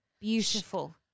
beautiful